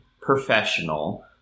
professional